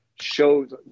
shows